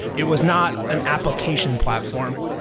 it was not an application platform.